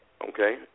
okay